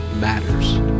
matters